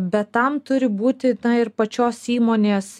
bet tam turi būti na ir pačios įmonės